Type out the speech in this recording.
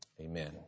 Amen